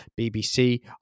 BBC